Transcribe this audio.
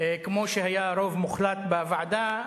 כמו שהיה רוב מוחלט בוועדה,